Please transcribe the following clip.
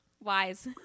Wise